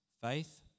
faith